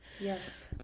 yes